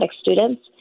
students